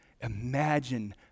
Imagine